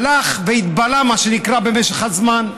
הלך והתבלה, מה שנקרא, במשך הזמן.